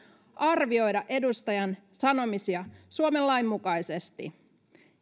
arvioida edustajan sanomisia suomen lain mukaisesti